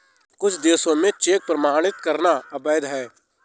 कुछ देशों में चेक प्रमाणित करना अवैध है